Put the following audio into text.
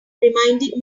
reminded